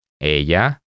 ELLA